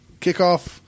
kickoff